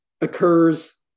occurs